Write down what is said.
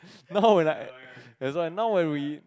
now when I that's why now when we